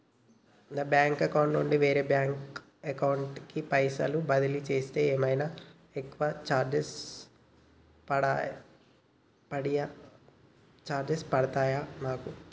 నా bank account నుండి వేరే బ్యాంక్ అకౌంట్ కి పైసల్ బదిలీ చేస్తే ఏమైనా ఎక్కువ చార్జెస్ పడ్తయా నాకు?